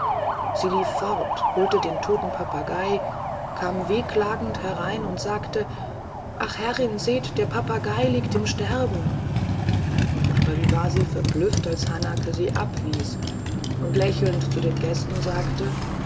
sie lief fort holte den toten papagei kam wehklagend herein und sagte ach herrin seht der papagei liegt im sterben aber wie war sie verblüfft als hanake sie abwies und lächelnd zu den gästen sagte